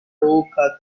kolkata